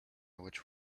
which